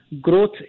growth